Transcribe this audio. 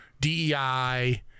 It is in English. dei